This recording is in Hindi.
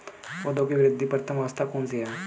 पौधों की वृद्धि की प्रथम अवस्था कौन सी है?